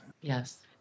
yes